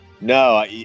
No